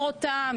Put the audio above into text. תייתר אותם,